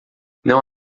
não